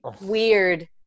weird